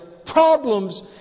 problems